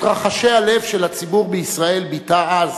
את רחשי הלב של הציבור בישראל ביטא אז